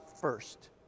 first